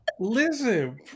Listen